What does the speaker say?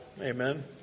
Amen